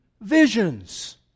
visions